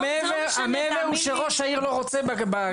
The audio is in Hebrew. המעבר הוא שראש העיר לא רוצה בכיתות האלה.